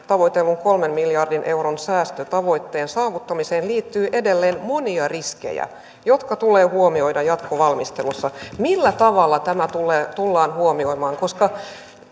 tavoitellun kolmen miljardin euron säästötavoitteen saavuttamiseen liittyy edelleen monia riskejä jotka tulee huomioida jatkovalmistelussa millä tavalla tämä tullaan huomioimaan